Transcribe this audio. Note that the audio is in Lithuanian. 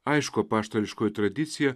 aišku apaštališkoji tradicija